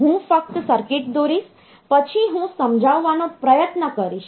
હું ફક્ત સર્કિટ દોરીશ પછી હું સમજાવવાનો પ્રયત્ન કરીશ